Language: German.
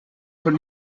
von